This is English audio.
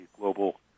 global